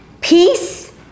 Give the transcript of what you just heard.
peace